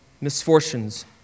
misfortunes